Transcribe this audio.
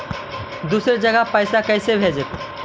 दुसरे जगह पैसा कैसे भेजबै?